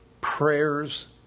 prayers